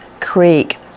Creek